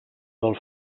del